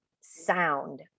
sound